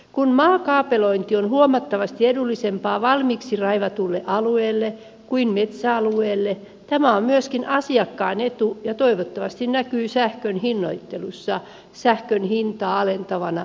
kun maakaapelointi on huomattavasti edullisempaa valmiiksi raivatulle alueelle kuin metsäalueelle tämä on myöskin asiakkaan etu ja toivottavasti näkyy sähkön hinnoittelussa sähkönhintaa alentavana tekijänä